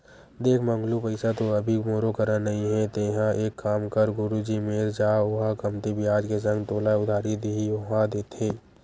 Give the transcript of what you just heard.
देख मंगलू पइसा तो अभी मोरो करा नइ हे तेंहा एक काम कर गुरुजी मेर जा ओहा कमती बियाज के संग तोला उधारी दिही ओहा देथे